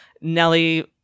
Nelly